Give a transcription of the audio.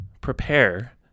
prepare